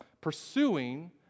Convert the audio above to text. pursuing